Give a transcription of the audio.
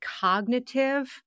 cognitive